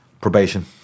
Probation